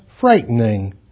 frightening